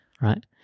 Right